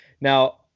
Now